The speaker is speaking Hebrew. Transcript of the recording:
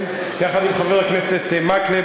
יחד עם חבר הכנסת מקלב.